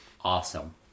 Awesome